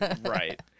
right